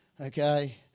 Okay